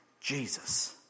Jesus